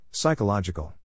Psychological